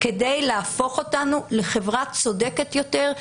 כדי להפוך אותנו לחברה צודקת יותר,